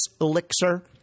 elixir